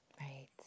Right